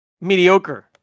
mediocre